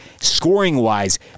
scoring-wise